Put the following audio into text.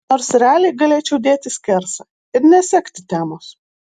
nors realiai galėčiau dėti skersą ir nesekti temos